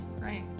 Right